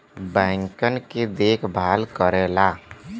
बैंकन के देखभाल करेला